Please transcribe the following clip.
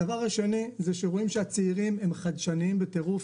דבר שני, רואים שהצעירים הם חדשניים בטירוף.